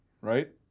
right